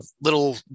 little